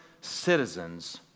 citizens